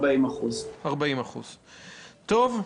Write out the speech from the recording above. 40%. טובה,